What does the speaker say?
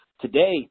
today